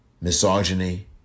misogyny